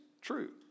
true